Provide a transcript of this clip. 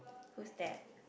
who's that